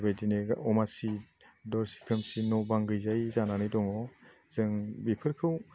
बेबायदिनो अमासि दरसि खोमसि न' बां गैजायै जानानै दङ जों बेफोरखौ